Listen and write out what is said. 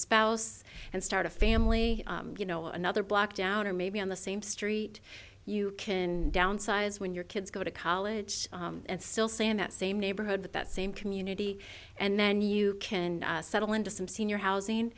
spouse and start a family you know another block down or maybe on the same street you can downsize when your kids go to college and still say in that same neighborhood that that same community and then you can settle into some senior housing